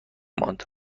ماند